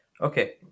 Okay